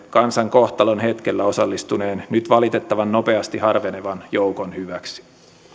kansan kohtalonhetkellä maamme puolustamiseen osallistuneen nyt valitettavan nopeasti harvenevan joukon hyväksi